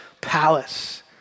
palace